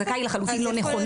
החזקה היא לחלוטין לא נכונה.